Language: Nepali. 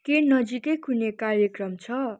के नजिकै कुनै कार्यक्रम छ